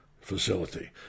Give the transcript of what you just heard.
facility